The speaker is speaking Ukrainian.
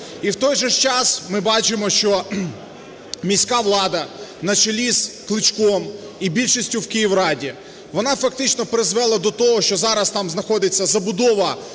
І в той же час ми бачимо, що міська влада на чолі з Кличком і більшістю в Київраді, вона фактично призвела до того, що зараз там знаходиться забудова